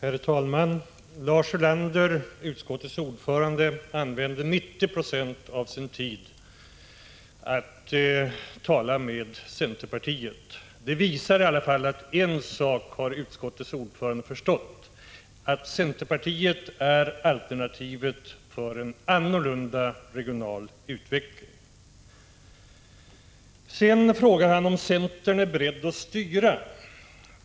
Herr talman! Lars Ulander, utskottets ordförande, använder 90 96 av sin tid till att tala med centerpartiet. Det visar att utskottets ordförande i alla fall har förstått en sak, nämligen att centerpartiet är alternativet när det gäller en annorlunda regional utveckling. Lars Ulander frågar om centern är beredd att styra den regionala utvecklingen.